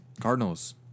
Cardinals